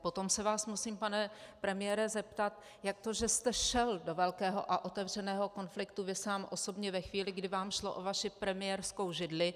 Potom se vás musím, pane premiére, zeptat, jak to, že jste šel do velkého a otevřeného konfliktu vy sám, osobně, ve chvíli, kdy vám šlo o vaši premiérskou židli.